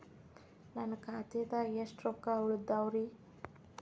ನನ್ನ ಖಾತೆದಾಗ ಎಷ್ಟ ರೊಕ್ಕಾ ಉಳದಾವ್ರಿ?